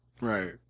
Right